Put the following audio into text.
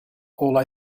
all